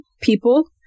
people